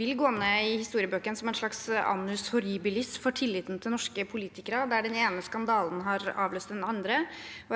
vil gå inn i historiebøkene som et slags annus horribilis for tilliten til norske politikere, der den ene skandalen har avløst den andre.